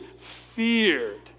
feared